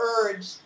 urge